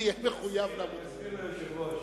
אני אסביר ליושב-ראש.